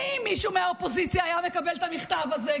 אם מישהו מהאופוזיציה היה מקבל את המכתב הזה,